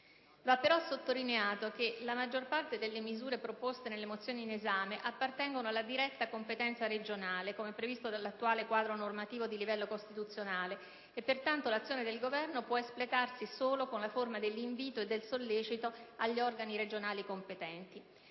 Va però sottolineato che la maggior parte delle misure proposte nelle mozioni in esame appartengono alla diretta competenza regionale, come previsto dall'attuale quadro normativo di livello costituzionale, e pertanto l'azione del Governo può espletarsi solo con la forma dell'invito e del sollecito agli organi regionali competenti.